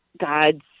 God's